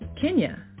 Kenya